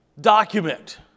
document